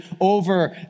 over